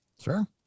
Sure